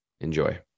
Enjoy